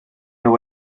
nhw